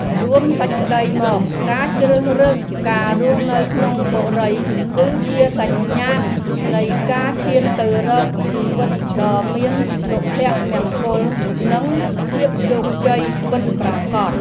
រួមសេចក្តីមក ការជ្រើសរើសការរស់នៅក្នុងបុរីគឺជាសញ្ញាណនៃការឈានទៅរកជីវិតដ៏មានសុភមង្គលនិងភាពជោគជ័យពិតប្រាកដ។